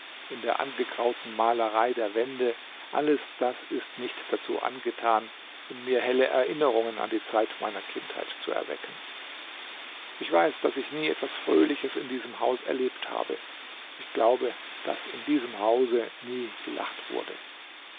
in der angegrauten malerei der wände alles das ist nicht dazu angetan in mir helle erinnerungen an die zeit meiner kindheit zu erwecken ich weiß daß ich nie etwas fröhliches in diesem haus erlebt habe ich glaube daß in diesem haus nie gelacht wurde